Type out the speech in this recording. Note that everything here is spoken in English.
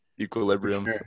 equilibrium